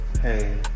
hey